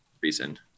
reason